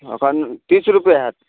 अखन तीस रुपए होयत